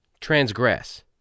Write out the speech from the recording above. transgress